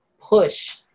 push